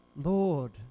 Lord